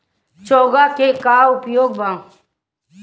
चोंगा के का उपयोग बा?